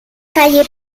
calle